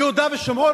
ביהודה ושומרון?